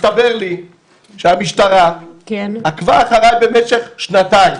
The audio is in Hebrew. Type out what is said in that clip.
הסתבר לי שהמשטרה עקבה אחריי במשך שנתיים.